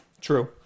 True